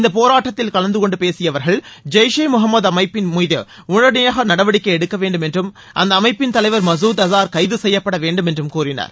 இந்தப் போராட்டத்தில் கலந்து கொண்டு பேசியவர்கள் ஜெய்ஷ் ஏ முகமது அமைப்பின் மீது உடனடியாக நடவடிக்கை எடுக்க வேண்டும் என்றும் அந்த அமைப்பின் தலைவர் மசூத் அஸார் கைது கெய்யப்படவேண்டும் என்றும் கூறினர்